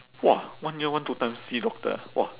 !wah! one year one two time see doctor ah !wah!